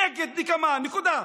נגד נקמה, נקודה.